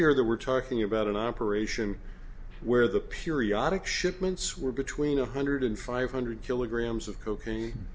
here that we're talking about an operation where the periodic shipments were between a hundred and five hundred kilograms of cocaine